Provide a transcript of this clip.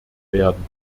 werden